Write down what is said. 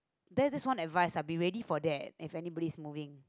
there this one advise I'll be ready for there as anybody moving